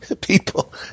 people